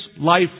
life